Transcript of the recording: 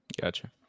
Gotcha